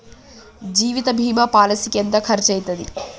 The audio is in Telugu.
జీవిత బీమా పాలసీకి ఎంత ఖర్చయితది?